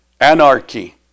Anarchy